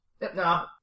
No